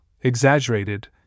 exaggerated